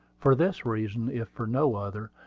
for this reason, if for no other,